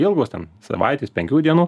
ilgos savaitės penkių dienų